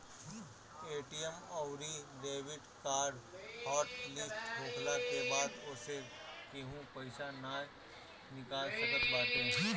ATM अउरी debit card hot list होखला के बाद ओसे केहू पईसा नाइ निकाल सकत बाटे